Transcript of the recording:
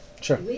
sure